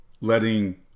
letting